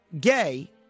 gay